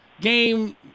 game